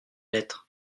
lettre